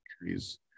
trees